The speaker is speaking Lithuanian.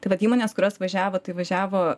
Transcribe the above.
tai vat įmonės kurios važiavo tai važiavo